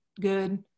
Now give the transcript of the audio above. good